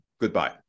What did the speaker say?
goodbye